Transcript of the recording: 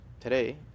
today